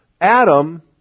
Adam